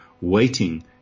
waiting